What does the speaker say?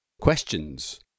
Questions